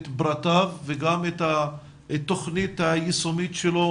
את פרטיו וגם את התוכנית היישומית שלו.